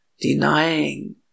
denying